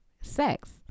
sex